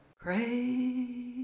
pray